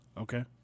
Okay